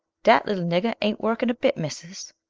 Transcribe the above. dat little nigger ain't working a bit, missus,